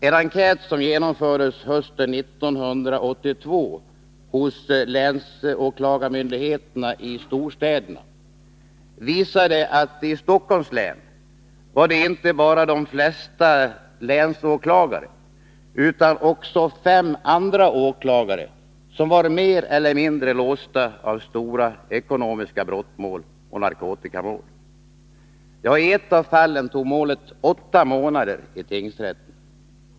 En enkät som genomfördes hösten 1982 hos länsåklagarmyndigheterna i storstäderna visade att det i Stockholms län var inte bara de flesta länsåklagare utan också fem andra åklagare som var mer eller mindre låsta av stora mål gällande ekonomiska brott och narkotikamål. I ett av fallen tog målet åtta månader i tingsrätten.